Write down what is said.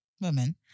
Women